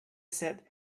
said